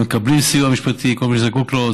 הם מקבלים סיוע משפטי, כל מי שזקוק לו.